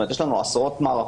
היא מאפשרת לדוור